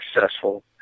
successful